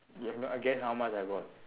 you know I guess how much I got